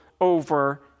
over